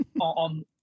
on